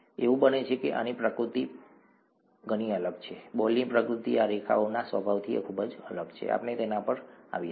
એવું બને છે કે આની પ્રકૃતિ પ્રકૃતિથી ઘણી અલગ છે બોલની પ્રકૃતિ આ રેખાઓના સ્વભાવથી ખૂબ જ અલગ છે આપણે તેના પર આવીશું